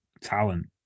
talent